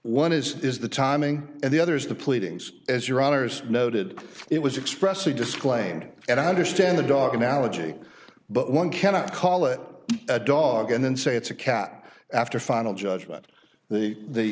one is is the timing and the other's the pleadings as your honour's noted it was expressly disclaimed and i understand the dog analogy but one cannot call it a dog and then say it's a cat after final judgment the